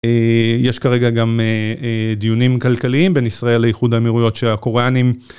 יש כרגע גם דיונים כלכליים בין ישראל לאיחוד האמירויות של הקוריאנים.